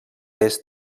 est